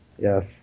Yes